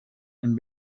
and